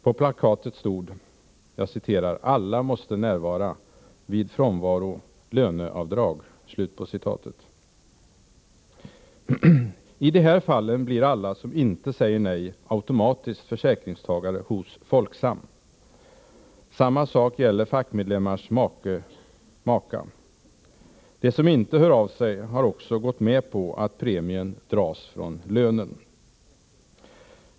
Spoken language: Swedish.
På plakatet stod: ”——— alla måste närvara.” och ”Vid frånvaro löneavdrag.” I de här fallen blir alla som inte säger nej automatiskt försäkringstagare hos Folksam. Samma sak gäller fackmedlemmars make/maka. De som inte hör av sig har också gått med på att premien dras från lönen.